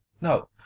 no